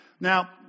Now